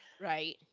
Right